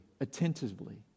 attentively